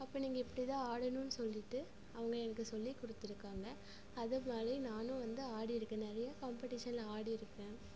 அப்போ நீங்கள் இப்படி தான் ஆடணும்னு சொல்லிட்டு அவங்க எனக்கு சொல்லிக் கொடுத்துருக்காங்க அது மாதிரி நானும் வந்து ஆடிருக்கேன் நிறையா காம்ப்படீசனில் ஆடிருக்கேன்